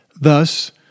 Thus